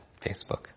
Facebook